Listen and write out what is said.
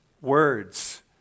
words